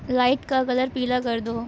light کا colour پیلا کر دو